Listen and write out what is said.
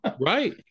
Right